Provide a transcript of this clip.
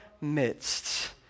midst